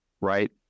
right